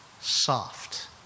soft